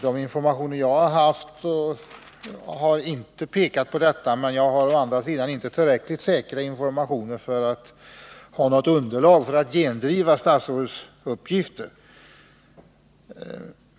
De informationer jag fått har inte pekat i den riktningen, men jag har å andra sidan inte tillräckligt säkra informationer för att ha något underlag för ett gendrivande av statsrådets uppgifter.